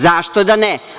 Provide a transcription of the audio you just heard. Zašto da ne?